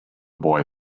boy